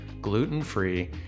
gluten-free